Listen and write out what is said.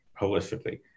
holistically